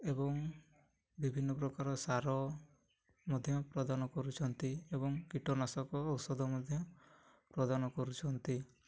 ଏବଂ ବିଭିନ୍ନ ପ୍ରକାର ସାର ମଧ୍ୟ ପ୍ରଦାନ କରୁଛନ୍ତି ଏବଂ କୀଟନାଶକ ଔଷଧ ମଧ୍ୟ ପ୍ରଦାନ କରୁଛନ୍ତି